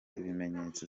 ibimenyetso